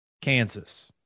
Kansas